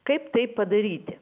kaip tai padaryti